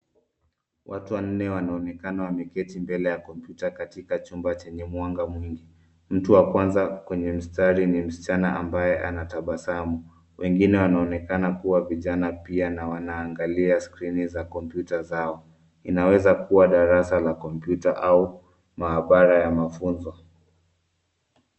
Watu wanne wanaonekana wameketi mbele ya kompyuta katika chumba chenye mwanga mwingi. Mtu wa Kwanza kwenye mstari ni msichana ambaye anatabasamu. Wengine wanaonekana kuwa vijana pia na wanaangalia skrini za kompyuta zao. Inaweza kuwa darasa la kompyuta au maabara ya mafunzo.